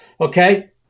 Okay